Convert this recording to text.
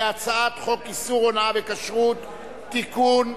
להצעת חוק איסור הונאה בכשרות (תיקון,